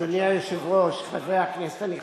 אדוני היושב-ראש, חברי הכנסת הנכבדים,